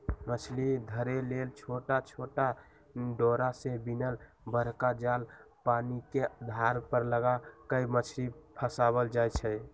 मछरी धरे लेल छोट छोट डोरा से बिनल बरका जाल पानिके धार पर लगा कऽ मछरी फसायल जाइ छै